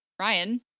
ryan